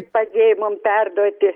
padėjo mum perduoti